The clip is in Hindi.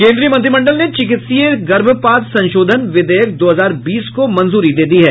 केन्द्रीय मंत्रिमण्डल ने चिकित्सीय गर्भपात संशोधन विधेयक दो हजार बीस को मंजूरी दे दी है